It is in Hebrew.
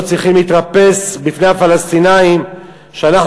לא צריכים להתרפס בפני הפלסטינים כשאנחנו